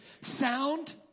Sound